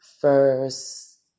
first